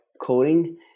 coding